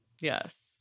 Yes